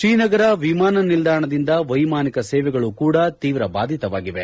ಶ್ರೀನಗರ ವಿಮಾನ ನಿಲ್ದಾಣದಿಂದ ವ್ಯೆಮಾನಿಕ ಸೇವೆಗಳು ಕೂಡಾ ತೀವ್ರ ಬಾಧಿತವಾಗಿದೆ